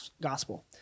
gospel